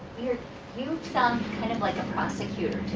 yeah you sound kind of like a prosecutor